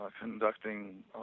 conducting